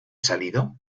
salido